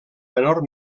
menor